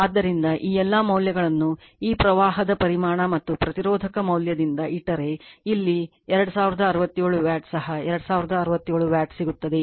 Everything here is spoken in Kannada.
ಆದ್ದರಿಂದ ಈ ಎಲ್ಲಾ ಮೌಲ್ಯಗಳನ್ನು ಈ ಪ್ರವಾಹದ ಪರಿಮಾಣ ಮತ್ತು ಪ್ರತಿರೋಧಕ ಮೌಲ್ಯದಿಂದ ಇಟ್ಟರೆ ಇಲ್ಲಿ 2067 ವ್ಯಾಟ್ ಸಹ 2067 ವ್ಯಾಟ್ ಸಿಗುತ್ತದೆ